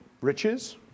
riches